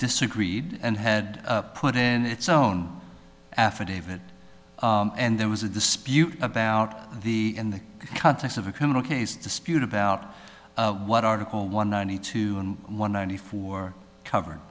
disagreed and had put in its own affidavit and there was a dispute about the in the context of a criminal case dispute about what article one ninety two and one ninety four cover